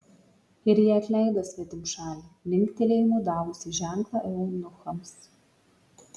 ir ji atleido svetimšalį linktelėjimu davusi ženklą eunuchams